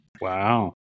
Wow